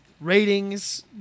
ratings